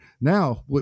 Now